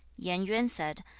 yen yuan said,